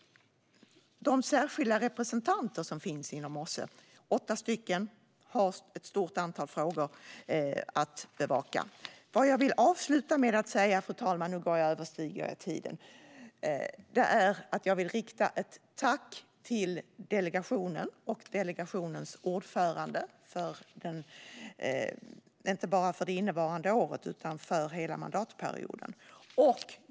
De åtta särskilda representanter som finns inom OSSE har ett stort antal frågor att bevaka. Fru talman! Nu överskrider jag talartiden. Men jag vill avsluta med att rikta ett tack till delegationen och dess ordförande, inte bara för innevarande år utan för hela mandatperioden.